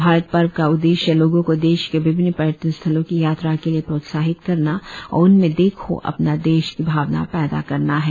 भारत पर्व का उद्देश्य लोगों को देश के विभिन्न पर्यटन स्थलों की यात्रा के लिए प्रोत्साहित करना और उनमें देखों अपना देश की भावना पैदा करना है